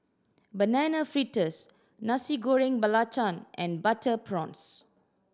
Banana Fritters Nasi Goreng Belacan and butter prawns